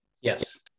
Yes